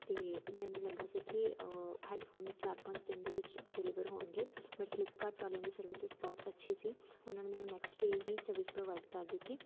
ਅਤੇ ਮੈਨੂੰ ਲੱਗਾ ਸੀ ਕਿ ਹੈੱਡਫੋਨ ਚਾਰ ਪੰਜ ਦਿਨ ਦੇ ਵਿੱਚ ਡਿਲੀਵਰ ਹੋਣਗੇ ਬਟ ਫਲਿੱਪਕਾਰਟ ਵਾਲਿਆਂ ਦੀ ਸਰਵਿਸਿਸ ਬਹੁਤ ਅੱਛੀ ਸੀ ਉਹਨਾਂ ਨੇ ਮੈਨੂੰ ਨੈਕਸਟ ਡੇ ਹੀ ਸਰਵਿਸ ਪ੍ਰੋਵਾਈਡ ਕਰ ਦਿੱਤੀ